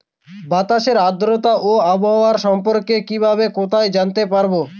বাতাসের আর্দ্রতা ও আবহাওয়া সম্পর্কে কিভাবে কোথায় জানতে পারবো?